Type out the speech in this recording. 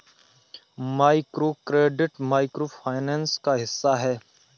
microcredit micro finance का हिस्सा है